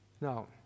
now